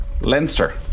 Leinster